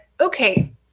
okay